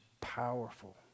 powerful